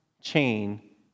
chain